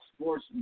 sports